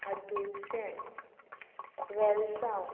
अदुलशें वेलसांव